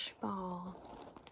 ball